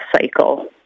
cycle